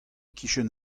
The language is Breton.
kichen